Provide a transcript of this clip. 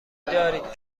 دارید